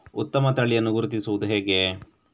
ಉತ್ತಮ ತಳಿಯನ್ನು ಗುರುತಿಸುವುದು ಹೇಗೆ?